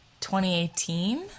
2018